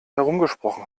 herumgesprochen